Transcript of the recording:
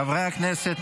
חברי הכנסת,